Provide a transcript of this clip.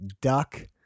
duck